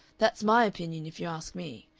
that's my opinion, if you ask me.